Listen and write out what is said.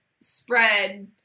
spread